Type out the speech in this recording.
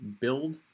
Build